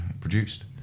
produced